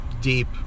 deep